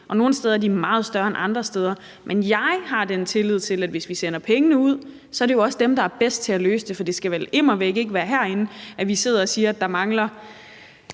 og nogle steder er de meget større end andre steder. Men jeg har tillid til, at hvis vi sender pengene ud, så er det også dem, der er bedst til at løse det. For det skal vel immer væk ikke være herinde, at vi sidder og siger, at der mangler